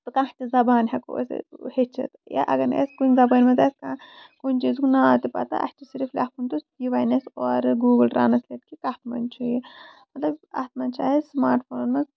کانہہ تہِ زبان ہٮ۪کو أسۍ ہٮ۪چھِتھ یا اَگر نہٕ اَسہِ کُنہِ زَبان منٛز آسہِ کانہہ کُنہِ چیٖزُک ناو تہِ پَتہ اَسہِ چھُ صرِف لٮ۪کھُن تہٕ یہِ وَنہِ اَسہِ اورٕ گوٗگٕل ٹرانٔسلیٹ کہِ کَتھ منٛز چھُ یہِ مطلب اَتھ منٛز چھُ اَسہِ سٔمارٹ فون منٛز